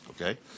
okay